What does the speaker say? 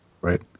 Right